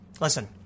Listen